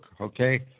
okay